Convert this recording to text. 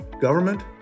government